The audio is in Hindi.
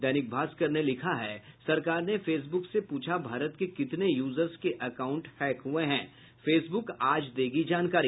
दैनिक भास्कर ने लिखा है सरकार ने फेसबुक से पूछा भारत के कितने यूजर्स के अकाउंट हैंक हुये हैं फेसबुक आज देगी जानकारी